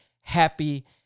happy